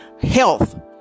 health